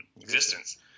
existence